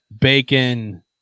bacon